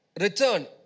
return